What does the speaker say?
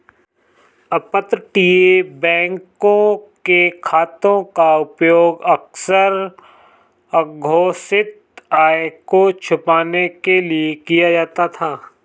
अपतटीय बैंकों के खातों का उपयोग अक्सर अघोषित आय को छिपाने के लिए किया जाता था